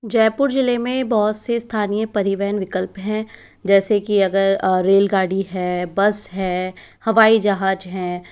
जयपुर ज़िले में बहुत से स्थानीय परिवहन विकल्प हैं जैसे कि अगर रेल गाड़ी है बस है हवाई जहाज हैं